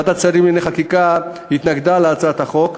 ועדת השרים לענייני חקיקה התנגדה להצעת החוק,